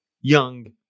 Young